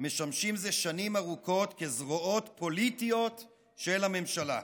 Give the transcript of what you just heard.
משמשים זה שנים ארוכות כזרועות פוליטיות של הממשלה.